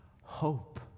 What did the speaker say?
hope